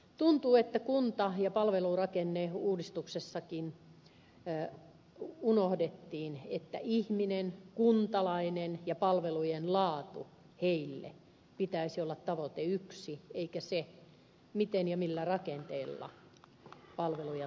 tuntuu että kunta ja palvelurakenneuudistuksessakin unohdettiin että ihmisen kuntalaisen ja palvelujen laadun heille pitäisi olla tavoite numero yksi eikä sen miten ja millä rakenteilla palveluja toteutetaan